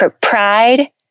pride